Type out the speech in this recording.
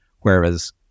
Whereas